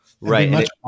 Right